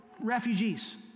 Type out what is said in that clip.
refugees